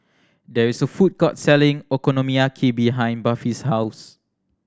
there is a food court selling Okonomiyaki behind Buffy's house